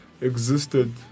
existed